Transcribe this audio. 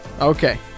Okay